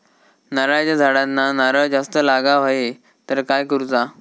नारळाच्या झाडांना नारळ जास्त लागा व्हाये तर काय करूचा?